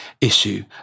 issue